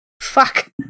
Fuck